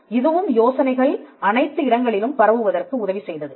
இதுவும் யோசனைகள் அனைத்து இடங்களிலும் பரவுவதற்கு உதவி செய்தது